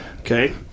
Okay